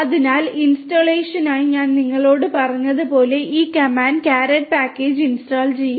അതിനാൽ ഇൻസ്റ്റാളേഷനായി ഞാൻ നിങ്ങളോട് പറഞ്ഞതുപോലെ ഈ കമാൻഡ് കാരറ്റ് പാക്കേജ് ഇൻസ്റ്റാൾ ചെയ്യും